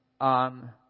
on